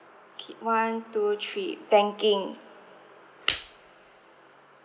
okay one two three banking